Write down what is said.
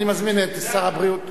איצ'יקידנה.